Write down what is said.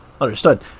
Understood